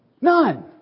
None